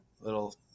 little